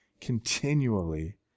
continually